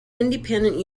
independent